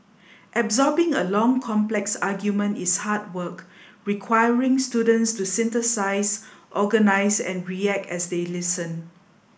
absorbing a long complex argument is hard work requiring students to synthesise organise and react as they listen